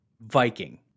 Viking